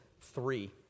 three